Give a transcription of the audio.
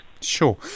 Sure